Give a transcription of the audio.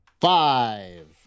Five